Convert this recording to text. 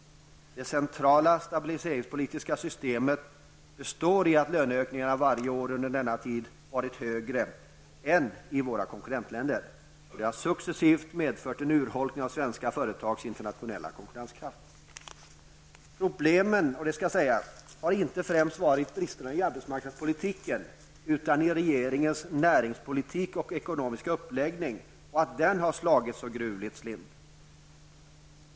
Det centrala stabiliseringspolitiska systemet består i att löneökningarna varje år under denna tid har varit högre än i våra konkurrentländer. Det har successivt medfört en urholkning av svenska företags internationella konkurrenskraft. Problemet har inte främst varit bristerna i arbetsmarknadspolitiken, utan i att regeringens näringspolitik och ekonomiska uppläggning har slagit slint så gruvligt.